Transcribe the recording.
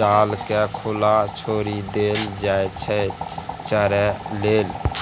जालकेँ खुला छोरि देल जाइ छै चरय लेल